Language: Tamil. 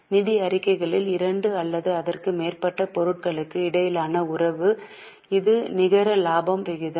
நிதி அறிக்கைகளில் இரண்டு அல்லது அதற்கு மேற்பட்ட பொருட்களுக்கு இடையிலான உறவு இது நிகர லாப விகிதம்